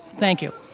thank you.